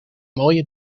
mooie